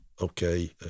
okay